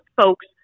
folks